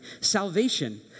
salvation